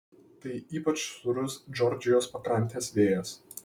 tai ypač sūrus džordžijos pakrantės vėjas